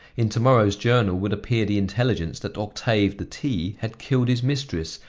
in to-morrow's journal would appear the intelligence that octave de t had killed his mistress,